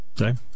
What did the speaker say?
Okay